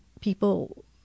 people